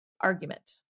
argument